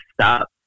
stop